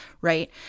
right